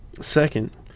Second